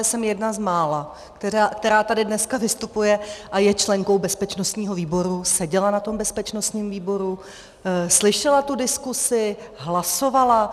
Jsem jedna z mála, která tady dneska vystupuje a je členkou bezpečnostního výboru, seděla na tom bezpečnostním výboru, slyšela tu diskusi, hlasovala.